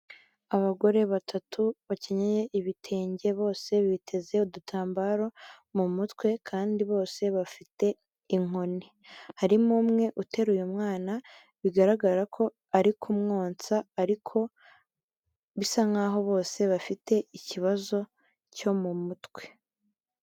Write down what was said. Abagore batatu bakenyeye ibitenge bose biteze udutambaro mu mutwe kandi bose bafite inkoni, harimo umwe uteruye mwana bigaragara ko ari kumwonsa ariko bisa nkaho bose bafite ikibazo cyo mu mutwe.